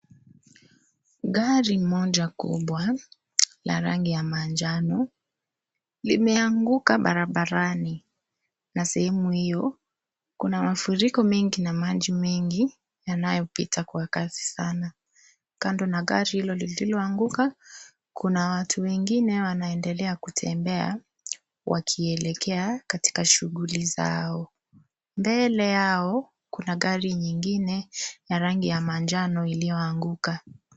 Gari moja kubwa la rangi ya manjano limeanguka barabarani na sehemu hiyo kuna mafuriko na maji mengi yanayopita kwa kasi sana. Kando na gari hilo lililoanguka kuna watu wengine wanaendelea kutembea wakielekea katika shughuli zao. Mbele yao kuna gari nyingine ya rangi ya manjano iliyoanguka.